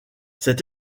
cet